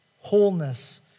wholeness